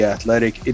Athletic